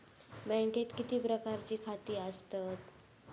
बँकेत किती प्रकारची खाती आसतात?